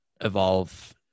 evolve